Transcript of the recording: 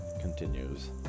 continues